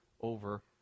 over